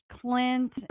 Clint